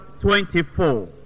twenty-four